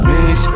Mix